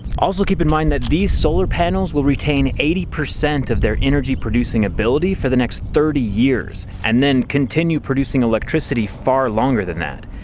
also keep in mind that these solar panels will retain eighty percent of their energy producing ability for the next thirty years, and then continue producing electricity far longer than that.